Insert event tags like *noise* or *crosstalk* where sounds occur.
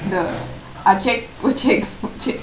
the *noise* *laughs*